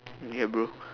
ya bro